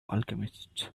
alchemists